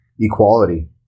Equality